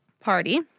party